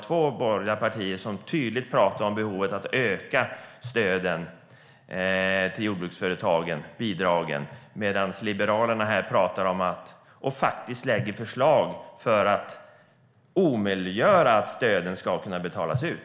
Två borgerliga partier pratar tydligt om behovet av att öka stöden, bidragen, till jordbruksföretagen, medan Liberalerna pratar om och faktiskt lägger fram förslag för att omöjliggöra att dessa stöd ska kunna betalas ut.